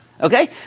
okay